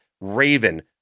Raven